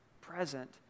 present